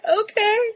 okay